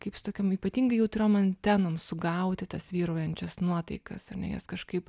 kaip su tokiom ypatingai jautriom antenom sugaudytas vyraujančias nuotaikas ar ne jas kažkaip